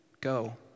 go